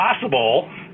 possible